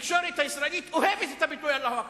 התקשורת הישראלית אוהבת את הביטוי "אללה אכבר".